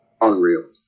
Unreal